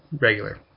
regular